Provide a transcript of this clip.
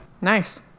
Nice